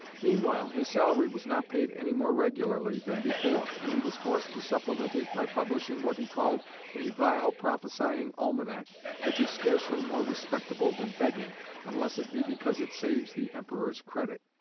meanwhile his salary was not paid any more regularly than before, and he was forced to supplement it by publishing what he called a vile prophesying almanac which is scarcely more respectable than begging unless it be because it saves the emperor's credit,